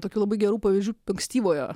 tokių labai gerų pavyzdžių ankstyvojo